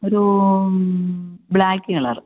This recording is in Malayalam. ഒരു ബ്ലാക്ക് കളർ